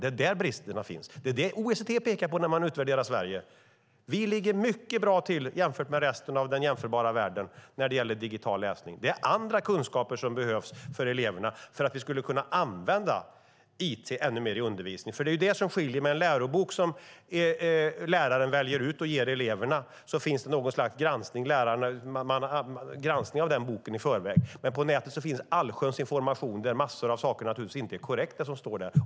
Det är där bristerna finns. Detta pekar OECD på när Sverige utvärderas. Vi ligger mycket bra till jämfört med resten av den jämförbara världen när det gäller digital läsning. Det är andra kunskaper som behövs för eleverna så att de kan använda it ännu mer i undervisningen. För en lärobok som en lärare väljer ut och ger eleverna finns något slags granskning - boken granskas i förväg - men på nätet finns allsköns information där en mängd saker inte är korrekta.